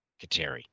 Kateri